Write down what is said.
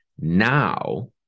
Now